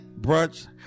Brunch